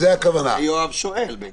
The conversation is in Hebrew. יואב שואל אם